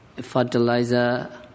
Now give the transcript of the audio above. fertilizer